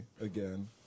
again